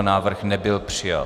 Návrh nebyl přijat.